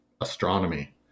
astronomy